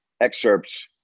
excerpts